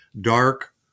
dark